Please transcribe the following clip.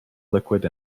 liquid